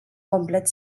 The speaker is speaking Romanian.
complet